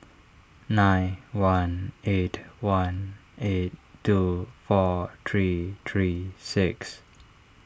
nine one eight one eight two four three three six